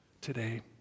today